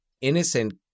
innocent